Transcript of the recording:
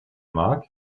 mag